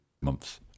months